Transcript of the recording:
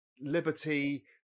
liberty